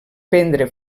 prendre